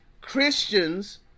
Christians